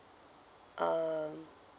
um